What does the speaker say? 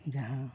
ᱡᱟᱦᱟᱸ